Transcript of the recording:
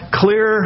clear